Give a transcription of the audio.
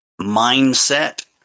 mindset